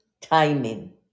timing